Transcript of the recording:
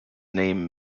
name